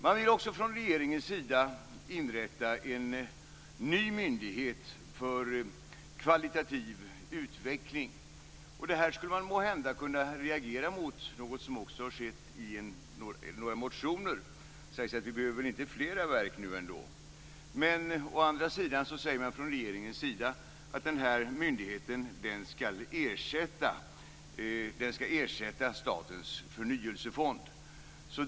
Man vill också från regeringens sida inrätta en ny myndighet för kvalitativ utveckling. Det här skulle man måhända kunna reagera mot, något som också har skett i några motioner, där vi säger att vi behöver väl ändå inte flera verk. Men å andra sidan säger man från regeringens sida att denna myndighet skall ersätta statens förnyelsefond.